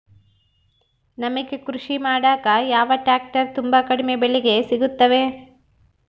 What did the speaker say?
ನಮಗೆ ಕೃಷಿ ಮಾಡಾಕ ಯಾವ ಟ್ರ್ಯಾಕ್ಟರ್ ತುಂಬಾ ಕಡಿಮೆ ಬೆಲೆಗೆ ಸಿಗುತ್ತವೆ?